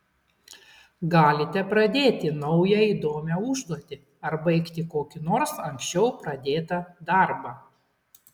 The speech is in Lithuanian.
galite pradėti naują įdomią užduotį ar baigti kokį nors anksčiau pradėtą darbą